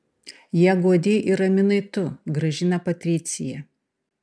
ją guodei ir raminai tu gražina patricija